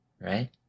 Right